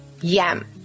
yam